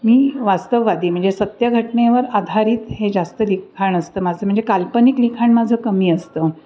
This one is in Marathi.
मी वास्तववादी म्हणजे सत्यघटनेवर आधारित हे जास्त लिखाण असतं माझं म्हणजे काल्पनिक लिखाण माझं कमी असतं